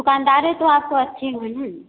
दुकानदार हैं तो आपको अच्छी वो है ना